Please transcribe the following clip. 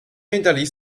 hinterließ